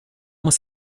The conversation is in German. muss